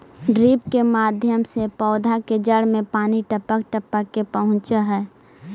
drip के माध्यम से पौधा के जड़ में पानी टपक टपक के पहुँचऽ हइ